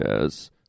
Yes